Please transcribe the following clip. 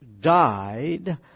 died